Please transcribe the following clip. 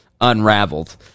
unraveled